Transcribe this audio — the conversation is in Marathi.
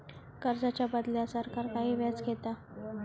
कर्जाच्या बदल्यात सरकार काही व्याज घेता